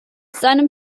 seinem